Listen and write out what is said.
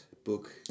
book